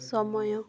ସମୟ